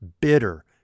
bitter